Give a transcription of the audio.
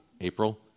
April